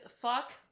fuck